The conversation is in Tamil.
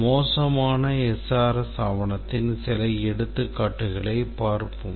மோசமான SRS ஆவணத்தின் சில எடுத்துக்காட்டுகளைப் பார்ப்போம்